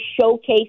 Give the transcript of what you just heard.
showcase